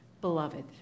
beloved